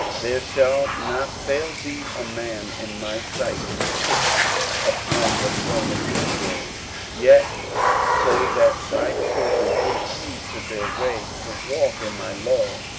there shall not fail thee a man in my sight to sit upon the throne of israel yet so that thy children take heed to their way to walk in my law,